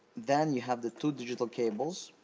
then, you have the two digital cables